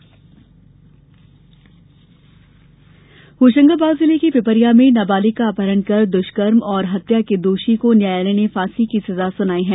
द्ष्कर्म फांसी होशंगाबाद जिले के पिपरिया में नाबालिग का अपहरण कर दृष्कर्म और हत्या के दोषी को न्यायालय ने फांसी की सजा सुनाई है